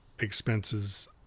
expenses